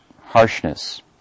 harshness